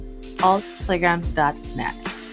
Altplayground.net